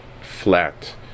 flat